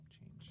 change